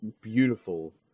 beautiful